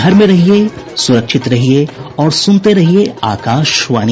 घर में रहिये सुरक्षित रहिये और सुनते रहिये आकाशवाणी